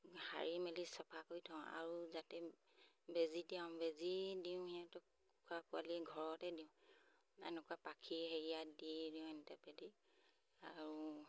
সাৰি মেলি চাফা কৰি থওঁ আৰু যাতে বেজি দিয়াওঁ বেজি দিওঁ সিহঁতক কুকুৰা পোৱালি ঘৰতে দিওঁ এনেকুৱা পাখি হেৰিয়াত দিয়ে দিওঁ এন্টিবায়টিক আৰু